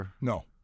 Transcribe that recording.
No